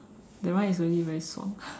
that one is really very fun